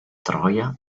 troia